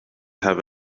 have